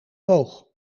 boog